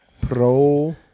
Pro